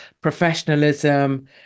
professionalism